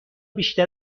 بیشتر